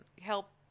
help